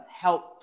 help